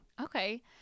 Okay